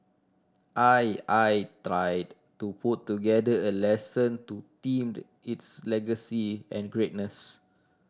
I I tired to put together a lesson to themed it's legacy and greatness